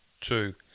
two